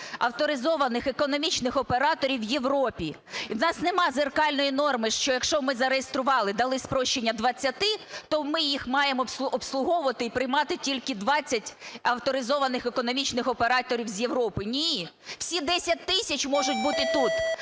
авторизованих економічних операторів в Європі. І у нас нема дзеркальної норми, що якщо ми зареєстрували, дали спрощення 20, то ми їх маємо обслуговувати і приймати тільки 20 авторизованих економічних операторів з Європи. Ні, всі 10 тисяч можуть бути тут.